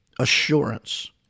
Assurance